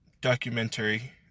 documentary